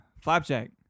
Flapjack